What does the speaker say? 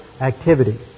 activity